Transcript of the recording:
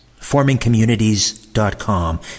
Formingcommunities.com